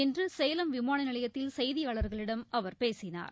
இன்று சேலம் விமான நிலையத்தில் செய்தியாளர்களிடம் அவர் பேசினார்